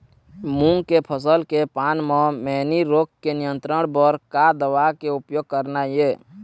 मूंग के फसल के पान म मैनी रोग के नियंत्रण बर का दवा के उपयोग करना ये?